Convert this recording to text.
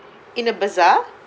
in a bazaar